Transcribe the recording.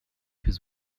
his